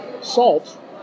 salt